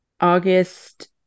august